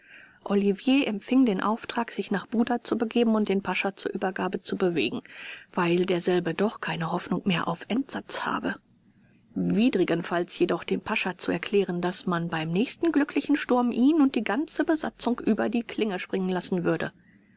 olivier empfing den auftrag sich nach buda zu begehen und den pascha zur übergabe zu bewegen weil derselbe doch keine hoffnung mehr auf entsatz habe widrigenfalls jedoch dem pascha zu erklären daß man beim nächsten glücklichen sturm ihn und die ganze besatzung über die klinge springen lassen würde